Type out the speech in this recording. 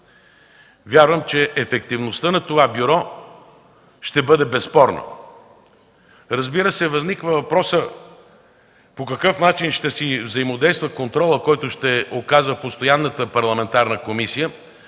Вярвам, че ефективността на това бюро ще бъде безспорна. Разбира се, възниква въпросът по какъв начин ще си взаимодействат при контрол постоянната парламентарна Комисия